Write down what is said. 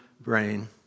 brain